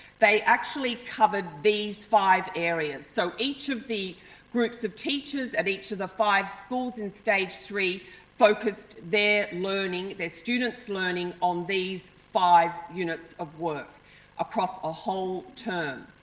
they actually covered these five areas. so, each of the groups of teachers and each of the five schools in stage three focused their learning, their students learning on these five units of work across a whole term.